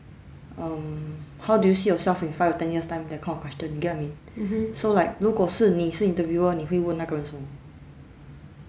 um how do you see yourself in five or ten years time that kind of question you get [what] I mean so like 如果是你是 interviewer 你会问那个人什么